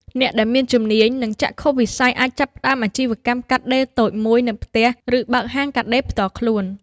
អ្នកដែលមានជំនាញ និងចក្ខុវិស័យអាចចាប់ផ្តើមអាជីវកម្មកាត់ដេរតូចមួយនៅផ្ទះ ឬបើកហាងកាត់ដេរផ្ទាល់ខ្លួន។